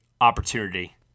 opportunity